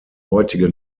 heutige